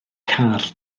car